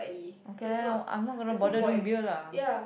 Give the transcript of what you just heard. okay then I I'm not gonna bother doing beer lah